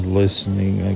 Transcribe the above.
listening